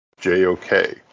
JOK